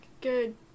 good